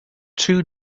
two